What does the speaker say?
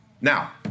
Now